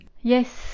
Yes